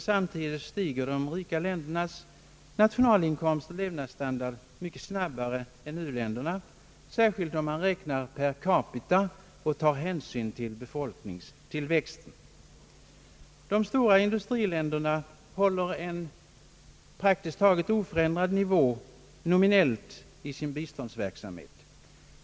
Samtidigt stiger de rika ländernas nationalinkomst och levnadsstandard mycket snabbare än u-ländernas, särskilt om man räknar per capita och tar hänsyn till befolkningstillväxten. De stora industriländerna håller nominellt sett en praktiskt taget oförändrad nivå på sitt bistånd.